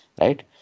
right